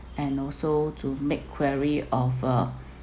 and also to make query of uh